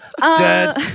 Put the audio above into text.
Dead